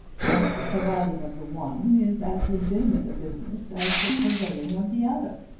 and the providing of the one is as legitimate a business as the purveying of the other.